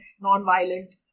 non-violent